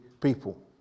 people